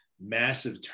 massive